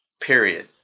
Period